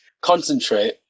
concentrate